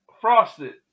frosted